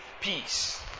Peace